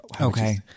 Okay